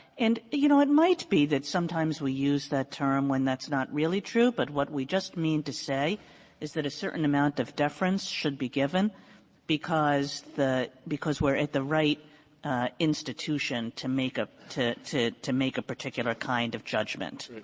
and, you know, it might be that sometimes we use that term when that's not really true, but what we just mean to say is that a certain amount of deference should be given because the because we're at the right institution to make a to to make a particular kind of judgment.